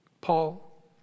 Paul